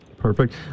Perfect